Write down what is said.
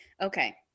Okay